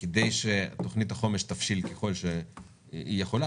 כדי שתכנית החומש תבשיל ככל שהיא יכולה